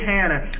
Hannah